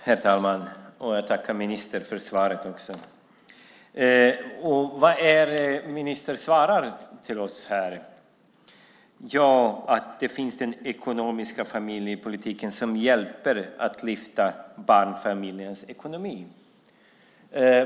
Herr talman! Jag tackar också ministern för svaret. Vad är det ministern svarar oss här? Det är att det finns en ekonomisk familjepolitik som hjälper till att lyfta upp barnfamiljernas ekonomi.